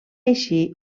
així